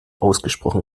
ausgesprochen